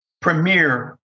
premier